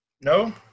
No